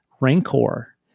rancor